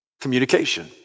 communication